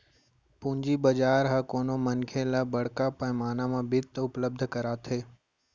पूंजी बजार ह कोनो मनखे ल बड़का पैमाना म बित्त उपलब्ध कराथे